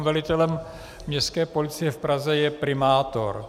Velitelem Městské policie v Praze je primátor.